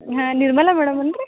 ಹಾಂ ನಿರ್ಮಲ ಮೇಡಮ್ ಏನು ರೀ